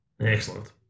Excellent